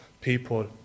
people